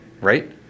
right